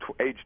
age